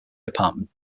department